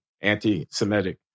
anti-Semitic